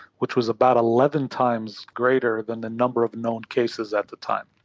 which was about eleven times greater than the number of known cases at the time.